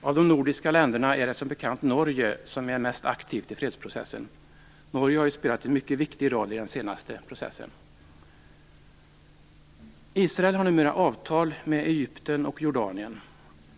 Av de nordiska länderna är det som bekant Norge som är mest aktivt i fredsprocessen. Norge har ju spelat en mycket viktig roll i den senaste processen. Israel har numera avtal med Egypten och Jordanien.